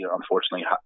unfortunately